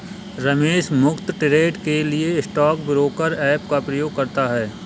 रमेश मुफ्त ट्रेड के लिए स्टॉक ब्रोकर ऐप का उपयोग करता है